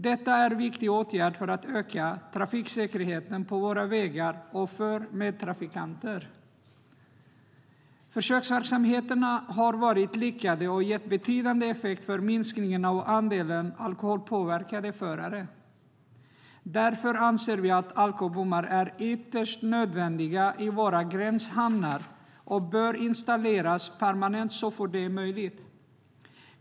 Detta är en viktig åtgärd för att öka trafiksäkerheten på våra vägar och för medtrafikanter. Försöksverksamheterna har varit lyckade och gett betydande effekt för minskningen av andelen alkoholpåverkade förare. Därför anser vi att alkobommar är ytterst nödvändiga i våra gränshamnar och bör installeras permanent så fort som möjligt.